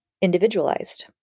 individualized